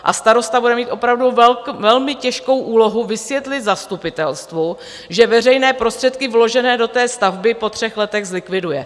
A starosta bude mít opravdu velmi těžkou úlohu vysvětlit zastupitelstvu, že veřejné prostředky vložené do té stavby po třech letech zlikviduje.